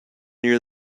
near